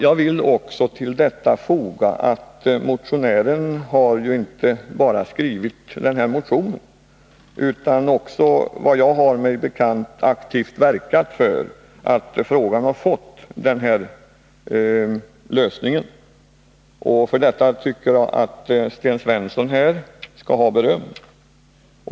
Jag vill till detta foga att Sten Svensson inte bara skrivit den här motionen utan också, vad jag har mig bekant, aktivt verkat för att frågan har fått den här nämnda lösningen. För detta tycker jag att Sten Svensson skall ha beröm.